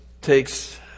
takes